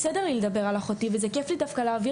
בסדר לי לדבר על אחותי וזה כייף לי דווקא להעביר